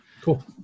Cool